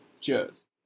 Cheers